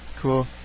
Cool